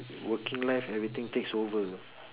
working life everything takes over